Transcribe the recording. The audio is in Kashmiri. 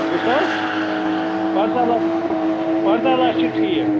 بوٗزتھٕ حظ پَنٛژاہ لَچھ پَنٛژاہ لَچھ چھِ ٹھیٖک